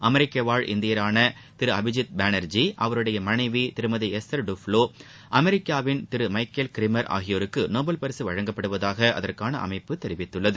அமெரிக்கவாழ் இந்தியாரான திரு அபிஜித் பானார்ஜி அவருடைய மனைவி திருமதி எஸ்தர் டுப்லோ அமெரிக்காவின் திரு மைகேல் க்ரிமர் ஆகியோருக்கு நோபல் பரிசு வழங்கப்படுவதாக அதற்கான அமைப்பு தெரிவித்துள்ளது